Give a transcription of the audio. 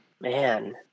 man